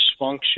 dysfunction